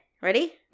Ready